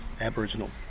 Aboriginal